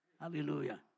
Hallelujah